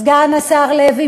סגן השר לוי,